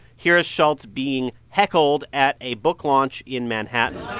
here's schultz being heckled at a book launch in manhattan